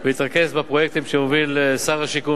ולהתרכז בפרויקטים שמובילים שר השיכון